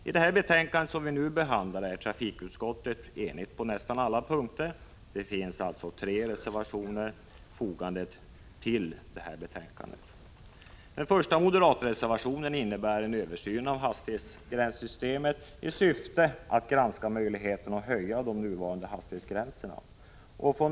I det betänkande som vi nu behandlar är trafikutskottet enigt på nästan alla punkter. Det finns dock tre reservationer fogade till betänkandet. Den första moderatreservationen innebär krav på en översyn av hastighetsgränssystemet i syfte att granska möjligheterna att höja de nuvarande hastighetsgränserna.